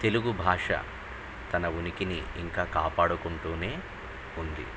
తెలుగు భాష తన ఉనికిని ఇంకా కాపాడుకుంటూనే ఉంది